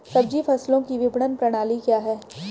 सब्जी फसलों की विपणन प्रणाली क्या है?